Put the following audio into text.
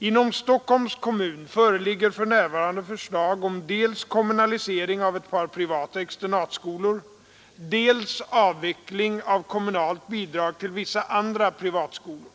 Inom Stockholms kommun föreligger för närvarande förslag om dels kommunalisering av ett par privata externatskolor, dels avveckling av kommunalt bidrag till vissa andra privatskolor.